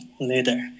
Later